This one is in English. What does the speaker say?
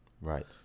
Right